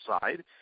side